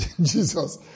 Jesus